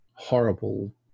horrible